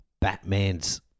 Batman's